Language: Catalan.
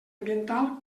ambiental